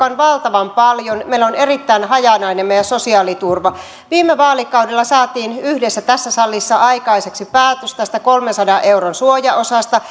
on valtavan paljon meillä on erittäin hajanainen sosiaaliturva viime vaalikaudella saatiin tässä salissa yhdessä aikaiseksi päätös tästä kolmensadan euron suojaosasta